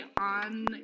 on